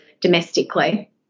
domestically